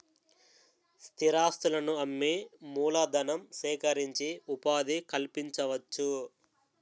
స్థిరాస్తులను అమ్మి మూలధనం సేకరించి ఉపాధి కల్పించవచ్చు